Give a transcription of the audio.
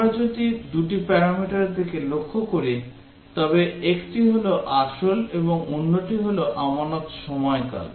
আমরা যদি দুটি প্যারামিটারের দিকে লক্ষ্য করি তবে একটি হল আসল এবং অন্যটি হল আমানত সময়কাল